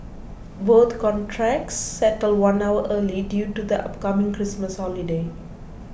both contracts settled one hour early due to the upcoming Christmas holiday